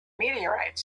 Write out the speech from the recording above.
meteorites